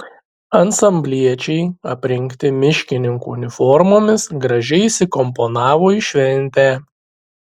ansambliečiai aprengti miškininkų uniformomis gražiai įsikomponavo į šventę